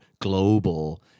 global